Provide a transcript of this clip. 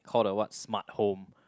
call the what smart home